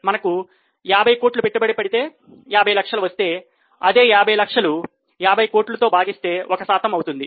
మనము 50 కోట్లు పెట్టుబడి పెడితే 50 లక్షలు వస్తే అదే 50 లక్షలు 50 కోట్ల తో భాగిస్తే ఒక శాతం అవుతుంది